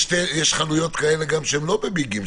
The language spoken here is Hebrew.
יש חנויות כאלה גם לא בביגים,